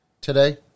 today